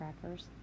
crackers